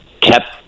kept